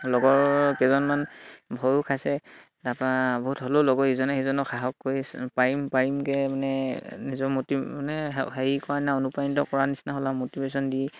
লগৰ কেইজনমানে ভয়ো খাইছে তাপা বহুত হ'লেও লগৰ ইজনে সিজনক সাহস কৰি পাৰিম পাৰিমগে মানে নিজৰ ম'টি মানে হেৰি কৰা না অনুপ্ৰাণিত কৰা নিচিনা হ'লে ম'টিভেশ্যন দি